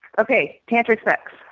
okay. tantric sex.